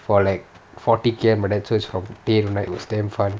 for like forty K_M like that so it's from day till night it was damn fun